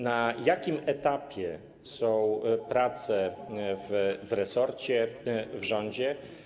Na jakim etapie są prace w resorcie, w rządzie?